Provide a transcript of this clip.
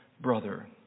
brother